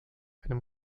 einem